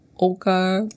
Okay